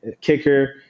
kicker